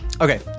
Okay